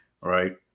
right